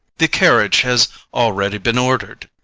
the carriage has already been ordered.